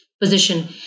position